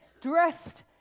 dressed